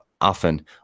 often